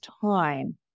time